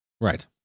Right